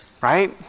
right